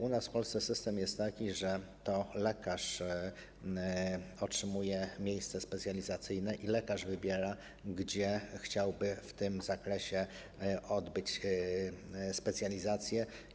U nas, w Polsce, system jest taki, że to lekarz otrzymuje miejsce specjalizacyjne i lekarz wybiera, gdzie chciałby w tym zakresie odbyć specjalizację.